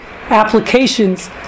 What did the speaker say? applications